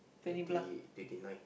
twenty twenty nine